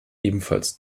ebenfalls